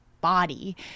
body